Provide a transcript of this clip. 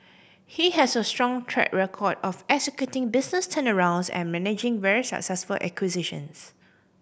he has a strong track record of executing business turnarounds and managing very successful acquisitions